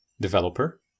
developer